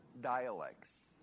dialects